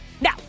Now